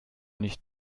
nicht